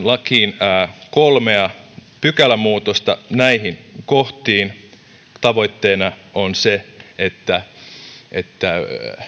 lakiin kolmea pykälämuutosta näihin kohtiin tavoitteena on se että että